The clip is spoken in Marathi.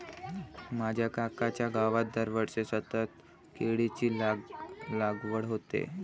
माझ्या काकांच्या गावात दरवर्षी सतत केळीची लागवड होते